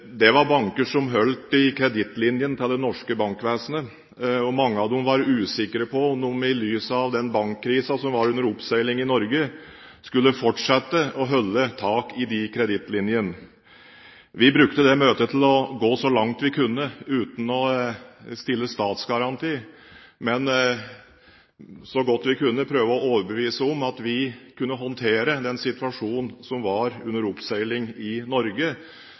Det var banker som holdt i kredittlinjen til det norske bankvesenet, og mange av dem var usikre på om de i lys av den bankkrisen som var under oppseiling i Norge, skulle fortsette å holde tak i de kredittlinjene. Vi brukte det møtet til å gå så langt vi kunne uten å stille statsgaranti, men prøvde så godt vi kunne å overbevise om at vi kunne håndtere den situasjonen som var under oppseiling i Norge,